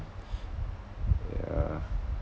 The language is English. yeah